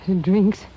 Drinks